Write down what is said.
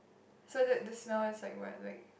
so the the smell is like what like